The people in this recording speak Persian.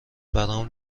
برام